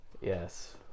Yes